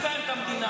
שאתה מזהם את המדינה,